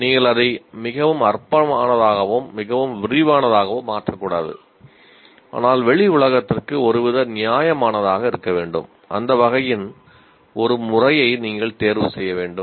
நீங்கள் அதை மிகவும் அற்பமானதாகவும் மிகவும் விரிவானதாகவும் மாற்றக்கூடாது ஆனால் வெளி உலகத்திற்கு ஒருவித நியாயமானதாக இருக்க வேண்டும் அந்த வகையின் ஒரு முறையை நீங்கள் தேர்வு செய்ய வேண்டும்